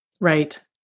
Right